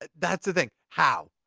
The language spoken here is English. and that's the thing. how?